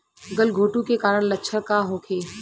गलघोंटु के कारण लक्षण का होखे?